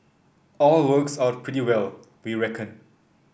all works out pretty well we reckon